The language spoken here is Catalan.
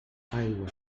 aigua